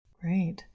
Great